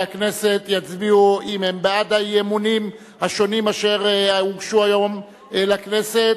וחברי הכנסת יצביעו אם הם בעד האי-אמונים השונים אשר הוגשו היום לכנסת,